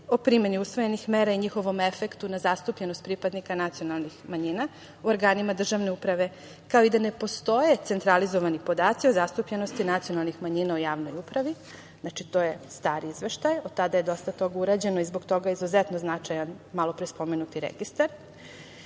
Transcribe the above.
o primeni usvojenih mera i njihovom efektu na zastupljenost pripadnika nacionalnih manjina u organima državne uprave, kao i da ne postoje centralizovani podaci o zastupljenosti nacionalnih manjina u javnoj upravi. Znači, to je stari izveštaj. Od tada je dosta toga urađeno i zbog toga je izuzetno značajan malopre spomenuti registar. Iz